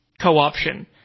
co-option